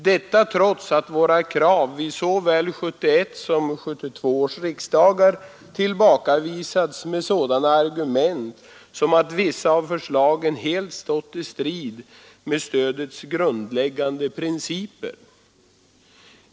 Detta trots att våra krav vid såväl 1971 som 1972 års riksdag tillbakavisats med sådana argument som att vissa av förslagen helt stått i strid med stödets grundläggande principer.